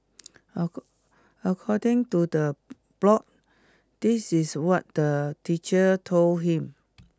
according to the blog this is what the teacher told him